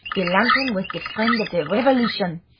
the lantern was the friend of the revolution!